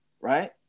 right